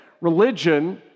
Religion